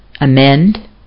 amend